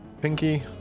Pinky